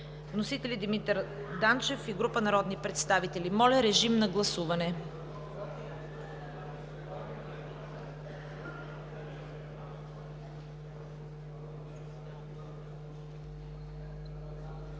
Вносители: Димитър Данчев и група народни представители.“ Моля, режим на гласуване.